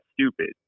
stupid